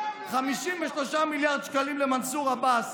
53 מיליארד שקלים למנסור עבאס,